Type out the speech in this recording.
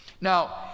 Now